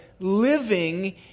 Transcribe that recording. living